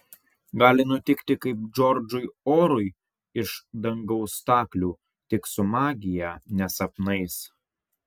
gali nutikti kaip džordžui orui iš dangaus staklių tik su magija ne sapnais